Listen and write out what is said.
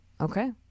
okay